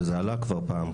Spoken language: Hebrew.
וזה עלה כבר פעם,